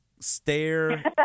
stare